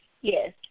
Yes